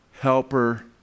helper